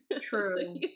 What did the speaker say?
True